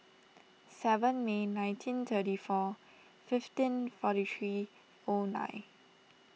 seven May nineteen thirty four fifteen forty three O nine